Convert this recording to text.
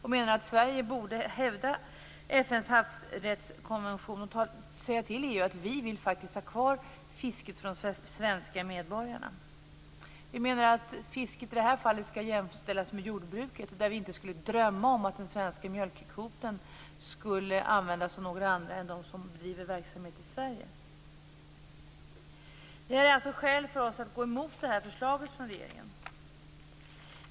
Vi menar att Sverige borde hävda FN:s havsrättskonvention och säga till EU att vi vill ha kvar fisket för de svenska medborgarna. Fisket bör i det här fallet jämställas med jordbruket - där skulle vi ju inte drömma om att den svenska mjölkkvoten används av några andra än de som bedriver verksamhet i Sverige. Det är alltså skälet för oss att gå emot förslaget från regeringen.